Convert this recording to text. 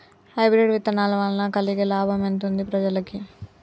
Hybrid విత్తనాల వలన కలిగే లాభం ఎంతుంది ప్రజలకి?